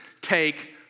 take